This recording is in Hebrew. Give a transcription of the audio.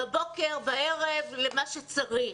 בבוקר, בערב, למה שצריך.